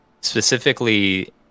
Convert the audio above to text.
specifically